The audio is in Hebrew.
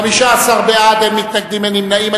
15 בעד, אין מתנגדים, אין נמנעים.